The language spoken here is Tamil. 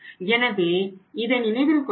எனவே இதை நினைவில் கொள்ளவேண்டும்